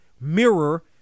mirror